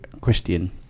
christian